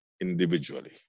individually